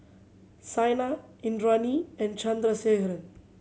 Saina Indranee and Chandrasekaran